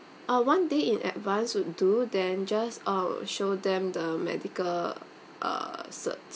uh one day in advanced would do then just uh show them the medical uh cert